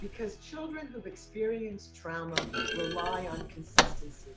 because children who've experienced trauma rely on consistency.